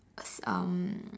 it's um